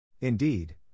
Indeed